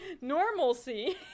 Normalcy